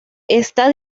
está